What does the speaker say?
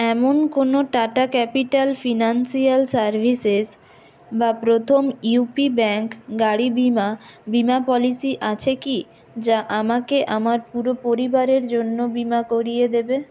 এমন কোনও Tata Capital Financial Services বা প্রথম ইউপি ব্যাঙ্ক গাড়ি বিমা বিমা পলিসি আছে কি যা আমাকে আমার পুরো পরিবারের জন্য বিমা করিয়ে দেবে